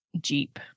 Jeep